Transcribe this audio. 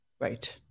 right